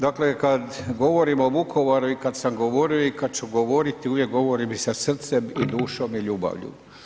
Dakle kad govorim o Vukovaru i kad sam govorio i kad ću govoriti uvijek govorim i sa srcem i dušom i ljubavlju.